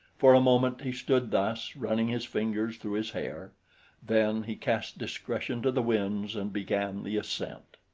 for a moment he stood thus, running his fingers through his hair then he cast discretion to the winds and began the ascent.